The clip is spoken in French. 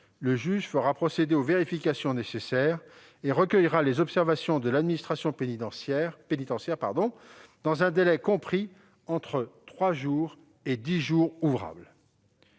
Le juge fera procéder aux vérifications nécessaires et recueillera les observations de l'administration pénitentiaire dans un délai compris entre trois et dix jours ouvrables.